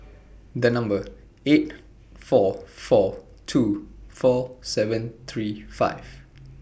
The Number eight four four two four seven three five